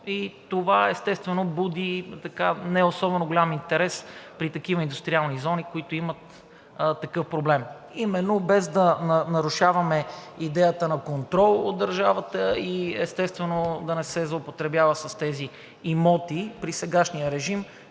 Това, естествено, буди не особено голям интерес при такива индустриални зони, които имат такъв проблем. Именно без да нарушаваме идеята на контрол от държавата, и естествено, да не се злоупотребява с тези имоти при сегашния режим,